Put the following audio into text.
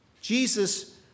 Jesus